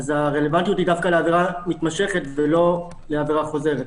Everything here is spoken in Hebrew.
אז הרלוונטיות היא דווקא לעבירה מתמשכת ולא לעבירה חוזרת.